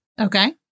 Okay